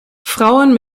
frauen